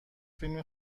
فیلم